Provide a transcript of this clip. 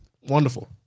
Wonderful